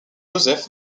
joseph